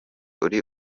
uri